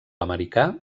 americà